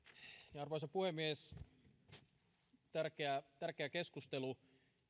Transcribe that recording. arvoisa puhemies se on tärkeä keskustelu